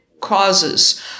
causes